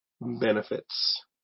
benefits